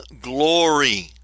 glory